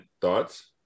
thoughts